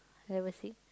level six